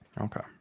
Okay